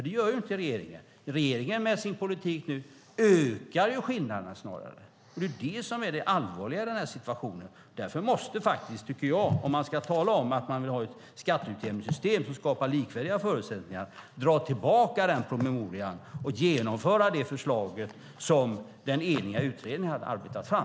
Det gör inte regeringen. Regeringen ökar snarare nu med sin politik skillnaderna. Det är det allvarliga i situationen. Om man ska tala om att man ska ha ett skatteutjämningssystem som skapar likvärdiga förutsättningar ska man dra tillbaka den promemorian och genomföra det förslag som den eniga utredningen hade arbetat fram.